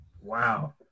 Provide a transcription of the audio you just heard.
Wow